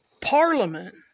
Parliament